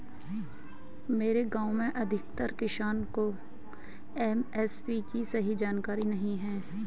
मेरे गांव में अधिकतर किसान को एम.एस.पी की सही जानकारी नहीं है